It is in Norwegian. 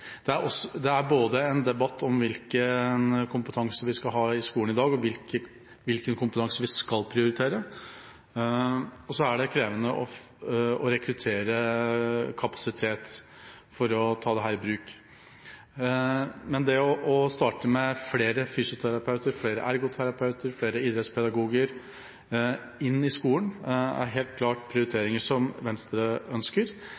Det er både en debatt om hvilken kompetanse vi skal ha i skolen i dag, og hvilken kompetanse vi skal prioritere, og det er krevende å rekruttere kapasitet for å ta dette i bruk. Men det å starte med flere fysioterapeuter, flere ergoterapeuter, flere idrettspedagoger inn i skolen, er helt klart prioriteringer som Venstre ønsker.